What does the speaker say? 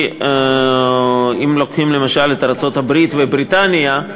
כי אם לוקחים למשל את ארצות-הברית ובריטניה,